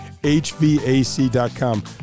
HVAC.com